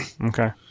Okay